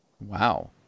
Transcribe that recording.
Wow